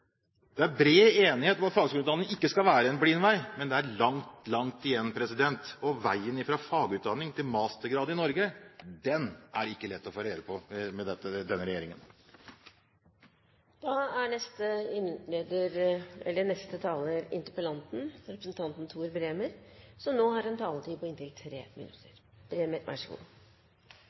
Det er bred enighet om at fagskoleutdanning ikke skal være en blindvei, men det er langt igjen. Og veien fra fagutdanning til mastergrad i Norge er ikke lett å få rede på med denne regjeringen. Då er